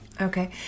Okay